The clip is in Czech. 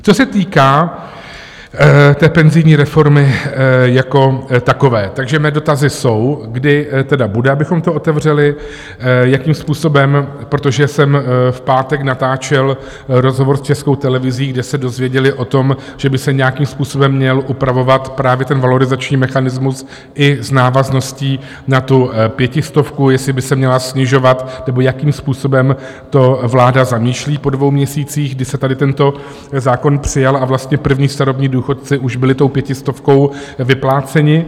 Co týká penzijní reformy jako takové, mé dotazy jsou, kdy teda bude, abychom to otevřeli, jakým způsobem, protože jsem v pátek natáčel rozhovor s Českou televizí, kde se dozvěděli o tom, že by se nějakým způsobem měl upravovat právě ten valorizační mechanismus i s návazností na tu pětistovku, jestli by se měla snižovat, nebo jakým způsobem to vláda zamýšlí po dvou měsících, kdy se tady tento zákon přijal, a vlastně první starobní důchodci už byli tou pětistovkou vypláceni.